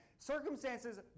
Circumstances